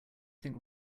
think